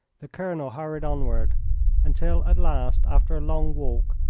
the colonel hurried onward until at last, after a long walk,